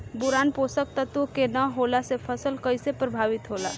Boron पोषक तत्व के न होला से फसल कइसे प्रभावित होला?